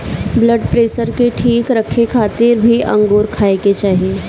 blood pressure के ठीक रखे खातिर भी अंगूर खाए के चाही